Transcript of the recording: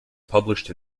published